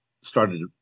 started